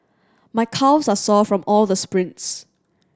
my calves are sore from all the sprints